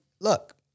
look